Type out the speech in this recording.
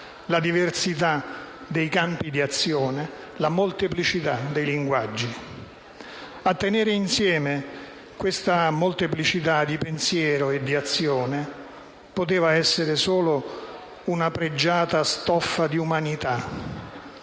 la diversità dei campi di azione e la molteplicità dei linguaggi. A tenere insieme questa molteplicità di pensiero e di azione poteva essere solo una pregiata stoffa di umanità,